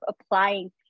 applying